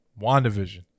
WandaVision